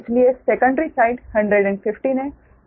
इसलिए secondary side 115 है